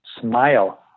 smile